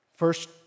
first